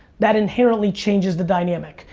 that inherently changes the dynamic.